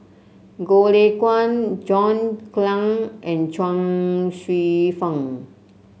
Goh Lay Kuan John Clang and Chuang Hsueh Fang